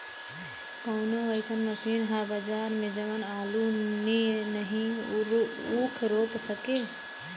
कवनो अइसन मशीन ह बजार में जवन आलू नियनही ऊख रोप सके?